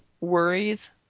worries